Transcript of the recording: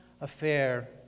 affair